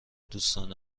دوستان